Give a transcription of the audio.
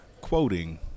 quoting